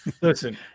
Listen